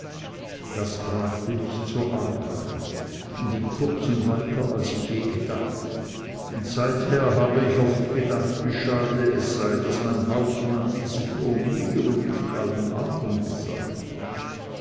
das brachte mich zur arbeit und in kurzem weiter als ich je gedacht und seither habe ich oft gedacht wie schade es sei daß mein hauptmann dieses nur mir und nicht auch andern gesagt